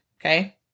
Okay